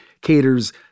caters